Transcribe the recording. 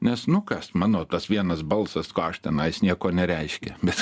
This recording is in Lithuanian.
nes nu kas mano tas vienas balsas ką aš tenais nieko nereiškia bet